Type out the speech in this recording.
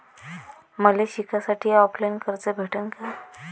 मले शिकासाठी ऑफलाईन कर्ज भेटन का?